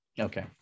Okay